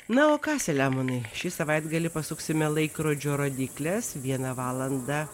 na o ką seliamonai šį savaitgalį pasuksime laikrodžio rodykles viena valanda